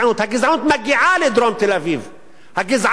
הגזענות כלפי תושבי נצרת מגיעה לדרום תל-אביב.